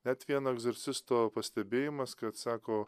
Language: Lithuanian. net vieno egzorcisto pastebėjimas kad sako